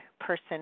Person